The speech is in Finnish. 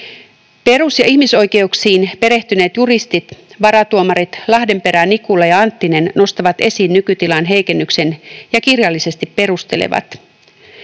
Perus- ja ihmisoikeuksiin perehtyneet juristit, varatuomarit Lahdenperä, Nikula ja Anttinen, nostavat esiin nykytilan heikennyksen ja kirjallisesti perustelevat: